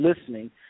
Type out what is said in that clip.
listening